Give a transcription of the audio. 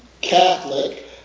Catholic